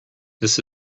this